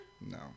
No